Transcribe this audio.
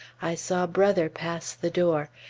i saw brother pass the door,